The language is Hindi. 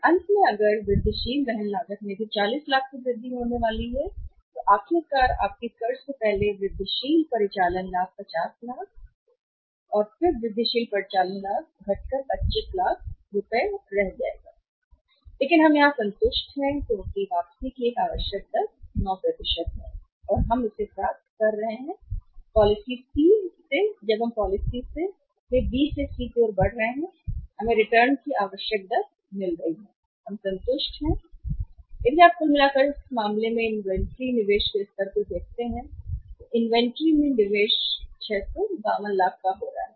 और अंत में अगर वृद्धिशील वहन लागत में भी 40 लाख की वृद्धि होने वाली है तो आखिरकार आपकी कर से पहले वृद्धिशील परिचालन लाभ 50 लाख और फिर वृद्धिशील परिचालन लाभ होगा घटकर 25 लाख रह जाएगा लेकिन हम यहां संतुष्ट हैं क्योंकि वापसी की एक आवश्यक दर 9 है और हम इसे प्राप्त कर रहे हैं पॉलिसी सी जब हम पॉलिसी से बी से सी की ओर बढ़ रहे हैं तो हमें रिटर्न की आवश्यक दर मिल रही है हम संतुष्ट हैं और यदि आप कुल मिलाकर इस मामले में इन्वेंट्री निवेश के स्तर को देखते हैं इन्वेंट्री में निवेश कितना 652 लाख हो रहा है